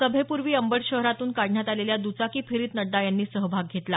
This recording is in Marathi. सभेपूर्वी अंबड शहरातून काढण्यात आलेल्या दुचाकी फेरीत नड्डा यांनी सहभाग घेतला